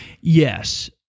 Yes